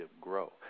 grow